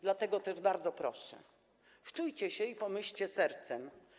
Dlatego też bardzo proszę: wczujcie się i pomyślcie sercem.